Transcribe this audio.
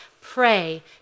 pray